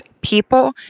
people